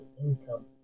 income